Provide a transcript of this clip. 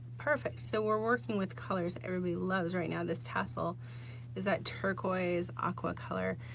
perfect, so we're working with colors everybody loves right now, this tassel is that turquoise, aqua color.